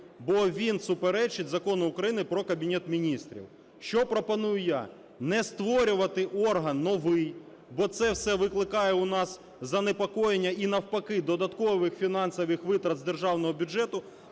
бо він суперечить Закону України "Про Кабінет Міністрів". Що пропоную я? Не створювати орган новий, бо це все викликає у нас занепокоєння і навпаки додаткових фінансових витрат з державного бюджету.